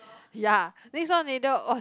ya next door